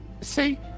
See